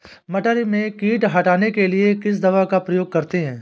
मटर में कीट हटाने के लिए किस दवा का प्रयोग करते हैं?